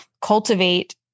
cultivate